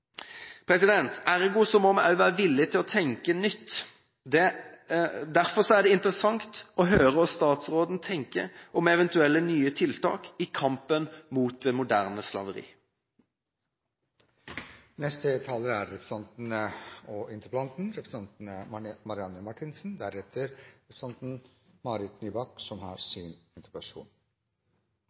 resultater. Ergo må vi også være villige til å tenke nytt. Derfor er det interessant å høre hva statsråden tenker om eventuelle nye tiltak i kampen mot det moderne slaveri. Den gangen sexkjøpsloven ble innført, hadde den flere hensikter. Det skulle være en normgivende lov som klart slo fast at kjøp av kropp ikke er